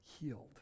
Healed